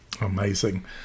Amazing